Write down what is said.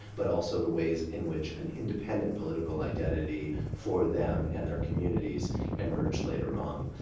but also the ways in which an independent political identity for them and their communities emerged later on.